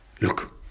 look